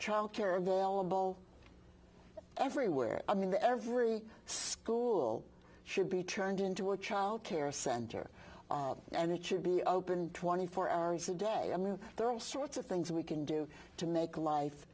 child care available everywhere i mean the every school should be turned into a childcare center and it should be open twenty four hours a day there are all sorts of things we can do to make life